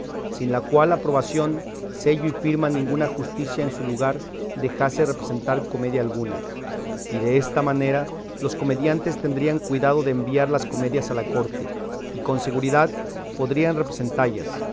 sin la cual aprobación sello y firma ninguna justicia en su lugar dejase representar comedia alguna y desta manera los comediantes tendrían cuidado de enviar las comedias a la corte y con seguridad podrían representallas